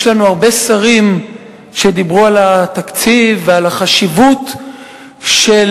יש לנו הרבה שרים שדיברו על התקציב ועל החשיבות של